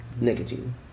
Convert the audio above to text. Nicotine